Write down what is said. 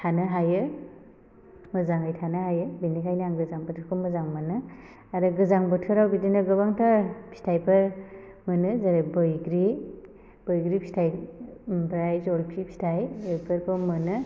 थानो हायो मोजाङै थानो हायो बिनिखायनो आं गोजां बोथोरखौ मोजां मोनो आरो गोजां बोथोराव बिदिनो गोबांथार फिथाइफोर मोनो जेरै बैग्रि बैग्रि फिथाइ ओमफ्राय जलफि फिथाइ बेफोरखौ मोनो